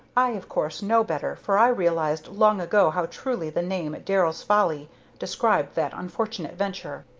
i, of course, know better, for i realized long ago how truly the name darrell's folly described that unfortunate venture.